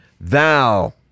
thou